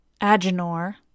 Agenor